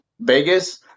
Vegas